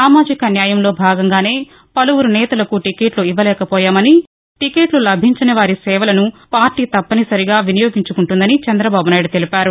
సామాజిక న్యాయంలో భాగంగానే పలువురు నేతలకు టీకెట్ల ఇవ్వలేకపోయామని టిక్కెట్లు లభించని వారి సేవలను పార్టీ తప్పనిసరిగా వినియోగించుకుంటుందని చంద్రదబాబునాయుడు తెలిపారు